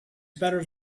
better